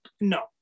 no